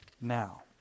now